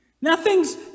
Nothing's